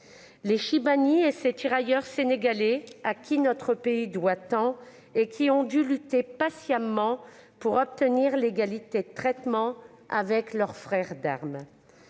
Les Chibanis ainsi que les tirailleurs sénégalais, à qui notre pays doit tant, ont dû lutter patiemment pour obtenir l'égalité de traitement avec leurs frères d'armes.